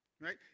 Right